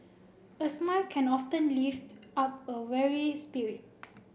a smile can often lift up a weary spirit